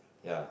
ya